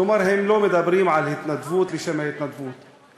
לא מדברים על התנדבות לשם ההתנדבות,